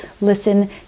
listen